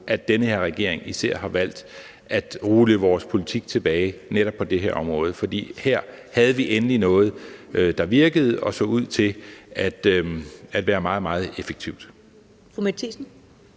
at den her regering især har valgt at rulle vores politik tilbage netop på det her område, fordi her havde vi endelig noget, der virkede og så ud til at være meget, meget effektivt. Kl.